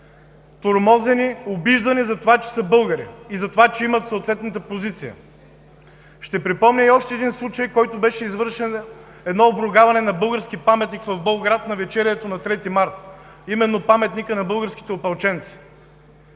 тормозени и обиждани за това, че са българи и че имат съответната позиция! Ще припомня още един случай – обругаване на български паметник в Болград в навечерието на 3 март, а именно паметника на българските опълченци,